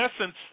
essence